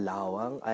Lawang